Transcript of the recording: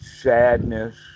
sadness